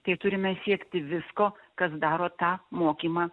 tai turime siekti visko kas daro tą mokymą